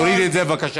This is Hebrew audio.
תוריד את זה בבקשה.